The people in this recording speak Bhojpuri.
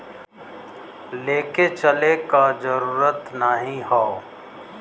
लेके चले क जरूरत नाहीं हौ